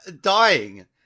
dying